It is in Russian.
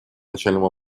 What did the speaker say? начальному